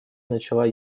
начала